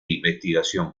investigación